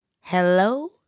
Hello